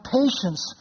patience